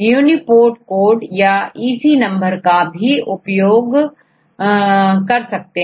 याUniport code याEC number भी उपयोग कर सकते हैं